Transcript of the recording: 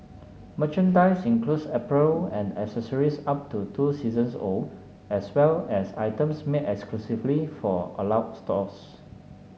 merchandise includes apparel and accessories up to two seasons old as well as items made exclusively for stores